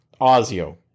Ozio